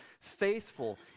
faithful